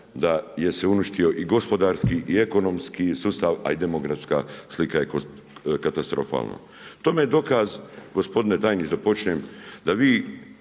da se je uništio i gospodarski i ekonomski sustav a i demografska slika je katastrofalna. Tome je dokaz, gospodine tajniče da počnem da vi